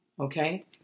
Okay